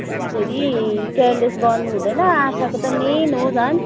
अहिले फेरि केयरलेस गर्नु हुँदैन आँखाको त मेन हो झन्